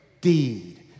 Deed